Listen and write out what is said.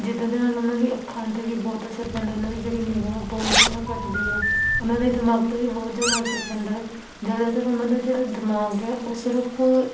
ਜਿੱਦਾਂ ਦੇ ਨਾਲ ਉਹਨਾਂ ਦੀ ਅੱਖਾਂ 'ਤੇ ਵੀ ਬਹੁਤ ਅਸਰ ਪੈਂਦਾ ਉਹਨਾਂ ਦੀ ਜਿਹੜੀ ਨਿਗਹਾ ਬਹੁਤ ਜ਼ਿਆਦਾ ਘੱਟਦੀ ਆ ਉਹਨਾਂ ਦੇ ਦਿਮਾਗ 'ਤੇ ਵੀ ਬਹੁਤ ਜ਼ਿਆਦਾ ਅਸਰ ਪੈਂਦਾ ਹੈ ਜ਼ਿਆਦਾਤਰ ਉਹਨਾਂ ਦਾ ਜਿਹੜਾ ਦਿਮਾਗ ਹੈ ਉਹ ਸਿਰਫ